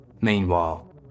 Meanwhile